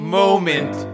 moment